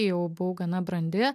jau buvau gana brandi